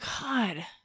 god